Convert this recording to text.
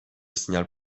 signal